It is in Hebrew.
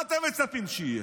מה אתם מצפים שיהיה?